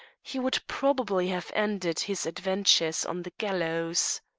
he would probably have ended his adventures on the gallows.